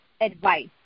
advice